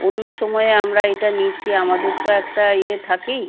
অন্য সময়ে আমরা এটা নিচ্ছি আমাদের তো একটা ইয়ে থাকেই